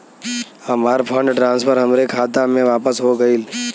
हमार fund transfer हमरे खाता मे वापस हो गईल